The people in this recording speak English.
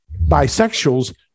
Bisexuals